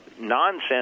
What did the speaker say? nonsense